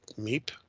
meep